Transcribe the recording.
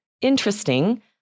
interesting